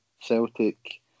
Celtic